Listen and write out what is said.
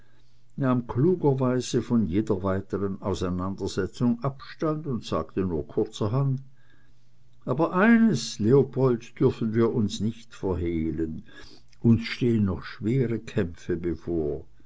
nahm klugerweise von jeder weiteren auseinandersetzung abstand und sagte nur kurzerhand aber eines leopold dürfen wir uns nicht verhehlen uns stehen noch schwere kämpfe bevor